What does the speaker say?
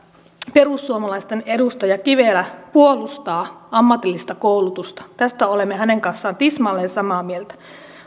perussuomalaisten edustaja kivelä puolustaa ammatillista koulutusta tästä olemme hänen kanssaan tismalleen samaa meiltä